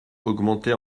augmentait